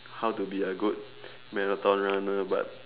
how to be a good marathon runner but